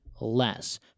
less